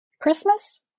Christmas